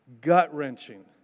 gut-wrenching